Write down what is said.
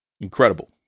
Incredible